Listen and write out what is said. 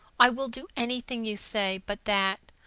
i will do anything you say but that!